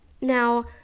Now